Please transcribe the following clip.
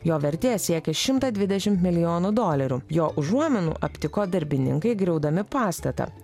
jo vertė siekia šimtą dvidešimt milijonų dolerių jo užuominų aptiko darbininkai griaudami pastatą